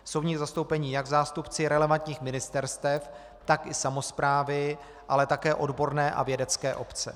Jsou v ní zastoupeni jak zástupci relevantních ministerstev, tak i samosprávy, ale také odborné a vědecké obce.